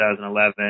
2011